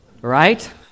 Right